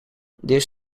this